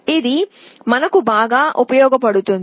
అది పెద్ద ప్రయోజనం